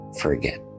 forget